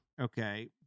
Okay